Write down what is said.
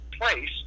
place